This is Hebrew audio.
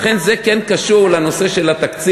לכן זה כן קשור לנושא של התקציב.